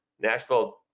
Nashville